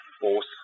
force